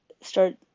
start